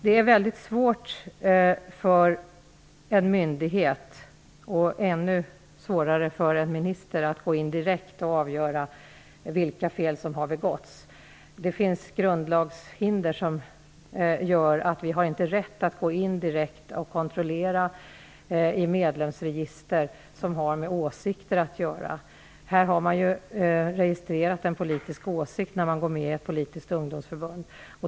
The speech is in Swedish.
Det är väldigt svårt för en myndighet, och ännu svårare för en minister, att direkt gå in och avgöra vilka fel som har begåtts. Grundlagen ger oss inte rätt att direkt gå in och kontrollera medlemsregister som har med åsikter att göra. Den politiska åsikten registreras när man går med i ett politiskt ungdomsförbund.